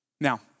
Now